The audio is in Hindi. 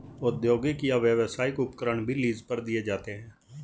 औद्योगिक या व्यावसायिक उपकरण भी लीज पर दिए जाते है